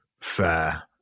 fair